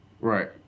Right